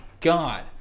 God